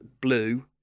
Blue